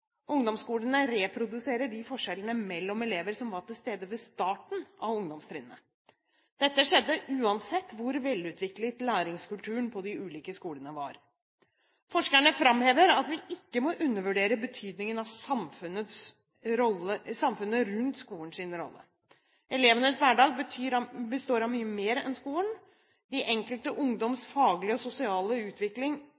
Ungdomsskolene reproduserer de forskjellene mellom elevene som var til stede ved starten av ungdomstrinnet. Dette skjedde uansett hvor velutviklet læringskulturen på de ulike skolene var. Forskerne framhever at vi ikke må undervurdere betydningen av samfunnets rolle rundt skolen. Elevenes hverdag består av mye mer enn skolen. Den enkelte